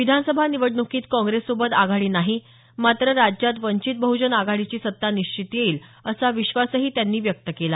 विधानसभा निवडणुकीत काँग्रेससोबत आघाडी नाही मात्र राज्यात वंचित बहुजन आघाडीची सत्ता निश्चित येईल असा विश्वासही त्यांनी व्यक्त केला